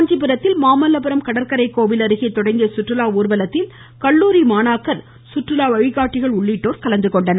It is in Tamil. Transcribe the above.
காஞ்சிபுரத்தில் மாமல்லபுரம் கடற்கரை கோவில் அருகே தொடங்கிய சுற்றுலா ஊர்வலத்தில் கல்லூரி மாணாக்கர் கற்றுலா வழிகாட்டிகள் உள்ளிட்டோர் கலந்துகொண்டனர்